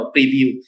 Preview